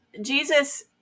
Jesus